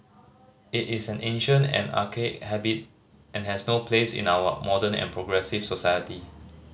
it is an ancient and archaic habit and has no place in our modern and progressive society